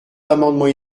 amendements